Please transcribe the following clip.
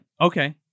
Okay